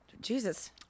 Jesus